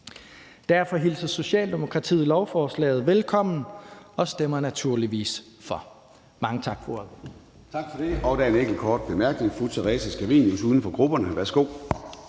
Derfor hilser Socialdemokratiet lovforslaget velkommen og stemmer naturligvis for.